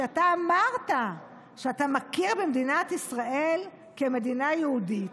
כי אתה אמרת שאתה מכיר במדינת ישראל כמדינה יהודית,